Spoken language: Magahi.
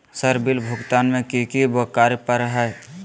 सर बिल भुगतान में की की कार्य पर हहै?